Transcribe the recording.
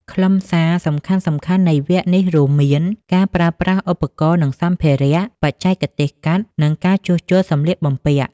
ខ្លឹមសារសំខាន់ៗនៃវគ្គនេះរួមមាន ការប្រើប្រាស់ឧបករណ៍ និងសម្ភារៈ បច្ចេកទេសកាត់ និងការជួសជុលសំលៀកបំពាក់។